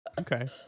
Okay